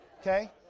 Okay